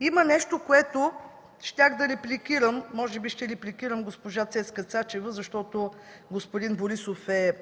Има нещо, за което щях да репликирам – може би ще репликирам госпожа Цецка Цачева, защото господин Борисов я